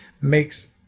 makes